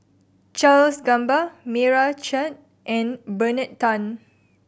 Charles Gamba Meira Chand and Bernard Tan